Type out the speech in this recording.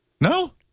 No